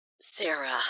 Sarah